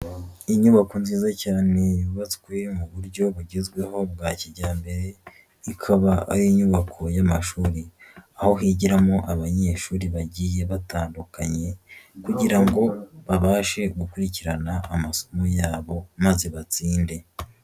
Inyubako nziza cyane yubatswe mu buryo bugezweho bwa kijyambere, ikaba ari inyubako y'amashuri aho higiramo abanyeshuri bagiye batandukanye kugira ngo babashe gukurikirana amasomo yabo maze batsinde.